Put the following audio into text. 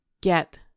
get